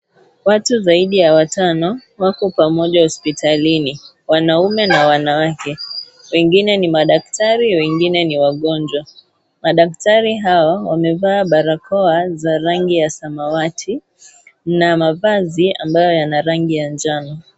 Watu zaidi ya watano, wako kwa pamoja hospitalini. Wanaume na wanawake. Wengine ni madaktari ,wengine ni wagonjwa. Madaktari hao, wamevaa barakoa za rangi ya samawati na mavazi ambayo yana rangi ya njano.